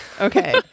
Okay